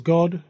God